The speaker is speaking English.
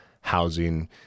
housing